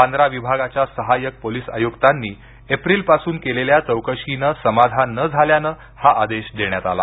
बांद्रा विभागाच्या सहायक पोलीस आयुक्तांनी एप्रिल पासून केलेल्या चौकशीनं समाधान न झाल्यने हा आदेश देण्यात आला